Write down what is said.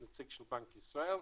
נציג של בנק ישראל,